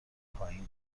پایینه